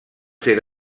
ser